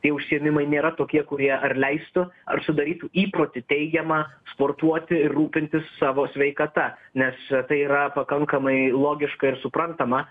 tie užsiėmimai nėra tokie kurie ar leistų ar sudarytų įprotį teigiamą sportuoti ir rūpintis savo sveikata nes tai yra pakankamai logiška ir suprantama